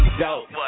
dope